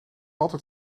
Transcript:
altijd